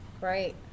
right